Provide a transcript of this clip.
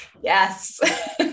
Yes